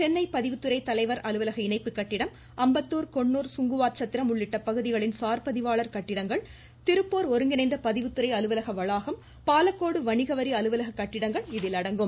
சென்னை பதிவுத்துறை தலைவர் அலுவலக இணைப்புக் கட்டிடம் அம்பத்தூர் கொன்னூர் சுங்குவார்சத்திரம் உள்ளிட்ட பகுதிகளின் சார்பதிவாளர் கட்டிடங்கள் திருப்பூர் ஒருங்கிணைந்த பதிவுத்துறை அலுவலக வளாகம் பாலக்கோடு வணிகவரி அலவலக கட்டிடங்கள் இதில் அடங்கும்